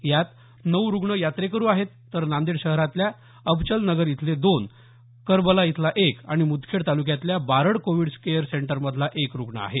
यात नऊ रूग्ण यात्रेकरू आहेत तर नांदेड शहरातल्या अबचलनगर इथले दोन करबला इथला एक आणि मुदखेड तालुक्यातल्या बारड कोविड केअर सेंटर मधला एक रूग्ण आहे